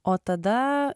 o tada